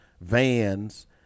vans